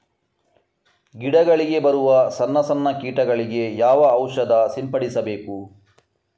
ಗಿಡಗಳಿಗೆ ಬರುವ ಸಣ್ಣ ಸಣ್ಣ ಕೀಟಗಳಿಗೆ ಯಾವ ಔಷಧ ಸಿಂಪಡಿಸಬೇಕು?